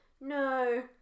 No